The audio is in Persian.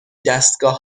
دستگاه